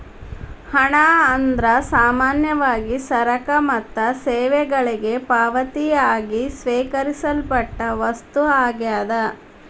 ಹಣ ಅಂದ್ರ ಸಾಮಾನ್ಯವಾಗಿ ಸರಕ ಮತ್ತ ಸೇವೆಗಳಿಗೆ ಪಾವತಿಯಾಗಿ ಸ್ವೇಕರಿಸಲ್ಪಟ್ಟ ವಸ್ತು ಆಗ್ಯಾದ